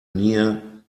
near